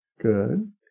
good